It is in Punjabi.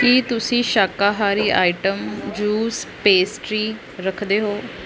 ਕੀ ਤੁਸੀਂ ਸ਼ਾਕਾਹਾਰੀ ਆਈਟਮ ਜੂਸ ਪੇਸਟਰੀ ਰੱਖਦੇ ਹੋ